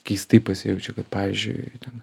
keistai pasijaučiau kad pavyzdžiui ten